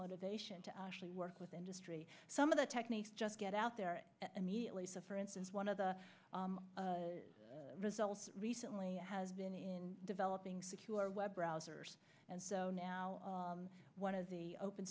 motivation to actually work with industry some of the techniques just get out there immediately so for instance one of the results recently has been developing secure web browsers and so now one of the open